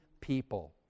people